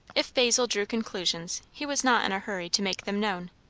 if basil drew conclusions, he was not in a hurry to make them known.